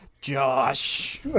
Josh